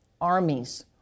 armies